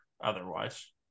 otherwise